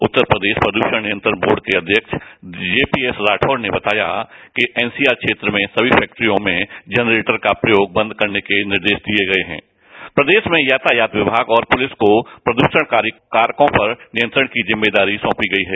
उत्तर प्रदेश प्रदृषण नियंत्रण बोर्ड के अध्यक्ष जेपीएस रावौर ने बताया के एनसीआर क्षेत्र में सभी फैक्टियों मैं जनरेटर का प्रयोग बंद करने के निर्देश दिए गए हैं प्रदेश में यातायात विमाग और पुलिस को प्रदूषण कारी कारकों पर नियंत्रण की जिम्मेदारी सौपी गयी है